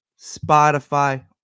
Spotify